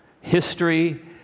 History